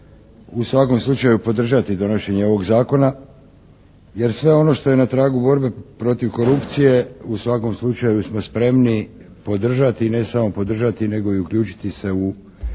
u svakom slučaju podržati donošenje ovog zakona, jer sve ono što je na tragu borbe protiv korupcije u svakom slučaju smo spremni podržati i ne samo podržati, nego i uključiti se u